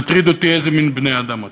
מטריד אותי איזה מין בני-אדם אתם.